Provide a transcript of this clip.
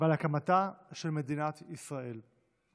ועל הקמתה של מדינת ישראל.